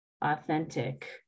authentic